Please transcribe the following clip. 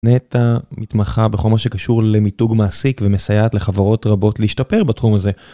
נטע מתמחה בכל מה שקשור למיתוג מעסיק ומסייעת לחברות רבות להשתפר בתחום הזה.